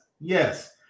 yes